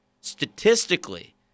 statistically